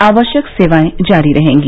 आवश्यक सेवाएं जारी रहेंगी